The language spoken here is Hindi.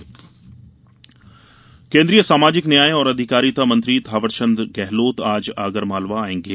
गेहलोत केन्द्रीय सामाजिक न्याय और अधिकारिता मंत्री थावरचंद गेहलोत आज आगरमालवा आएगें